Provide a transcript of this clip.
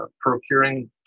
procuring